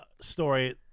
story